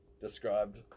described